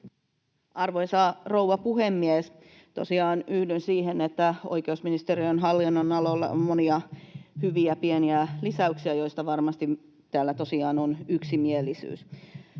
Arvoisa rouva puhemies! Tosiaan yhdyn siihen, että oikeusministeriön hallinnonalalla on monia hyviä pieniä lisäyksiä, joista varmasti täällä tosiaan on yksimielisyys.